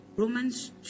Romans